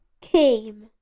came